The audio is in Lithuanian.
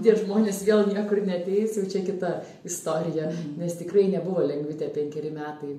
tie žmonės vėl niekur neateis jau čia kita istorija nes tikrai nebuvo lengvi tie penkeri metai